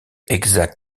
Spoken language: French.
exact